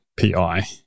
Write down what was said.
PI